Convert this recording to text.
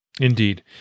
Indeed